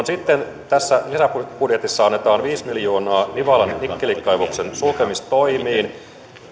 sitten tässä lisäbudjetissa annetaan viisi miljoonaa nivalan nikkelikaivoksen sulkemistoimiin